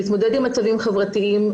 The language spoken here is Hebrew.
להתמודד עם מצבים חברתיים,